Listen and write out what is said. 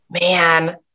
Man